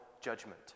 judgment